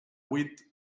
huit